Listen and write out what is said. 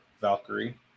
Valkyrie